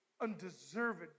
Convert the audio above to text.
undeserved